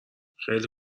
خیلی